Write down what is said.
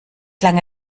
lange